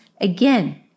Again